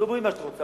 תאמרי מה שאת רוצה,